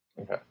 Okay